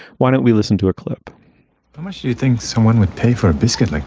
why don't we listen to a clip? how much do you think someone would pay for a biscuit? like